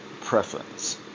Preference